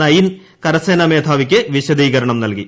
nine കരസേനാ മേധാവിക്ക് വിശദീകരണം നൽകി